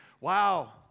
wow